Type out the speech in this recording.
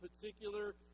particular